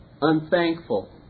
unthankful